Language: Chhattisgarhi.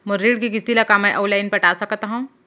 मोर ऋण के किसती ला का मैं अऊ लाइन पटा सकत हव?